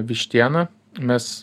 vištieną mes